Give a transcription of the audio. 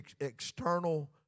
external